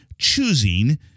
choosing